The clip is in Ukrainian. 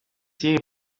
цієї